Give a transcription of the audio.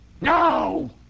No